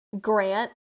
grant